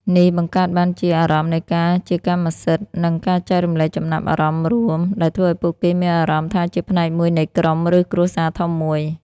នេះបង្កើតបានជា អារម្មណ៍នៃការជាកម្មសិទ្ធិ និង ការចែករំលែកចំណាប់អារម្មណ៍រួម ដែលធ្វើឲ្យពួកគេមានអារម្មណ៍ថាជាផ្នែកមួយនៃក្រុម ឬគ្រួសារធំមួយ។